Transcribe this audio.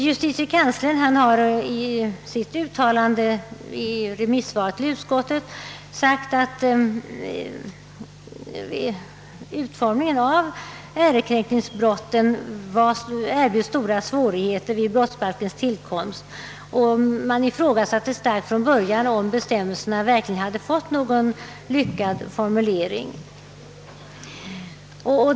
Justitiekanslern har i sitt remissvar till utskottet sagt att utformningen av ärekränkningsbrotten erbjöd stora svårigheter vid brottsbalkens tillkomst. Från början ifrågasatte man starkt om bestämmelserna hade fått en lyckad formulering.